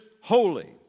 holy